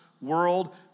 world